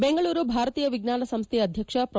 ಬೆಂಗಳೂರು ಭಾರತೀಯ ವಿಜ್ಞಾನ ಸಂಸ್ಥೆಯ ಅಧ್ಯಕ್ಷ ಪೊ